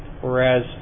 whereas